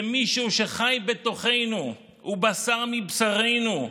זה מישהו שחי בתוכנו, הוא בשר מבשרנו,